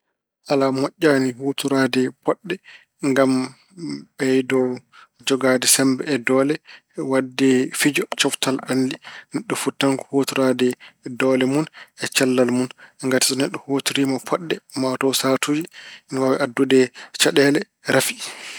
Alaa, moƴƴaani huutoraade poɗɗe ngam ɓeydo jogaade semmbe e doole waɗde fijo coftal ɓalli. Neɗɗo foti tan ko huutoraade doole mun e cellal mun. Ngati so neɗɗo huutoriima poɗɗe maa o taw sahaatuji ine waawi addude caɗeele rafi.